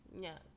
Yes